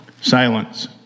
silence